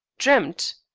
dreamt?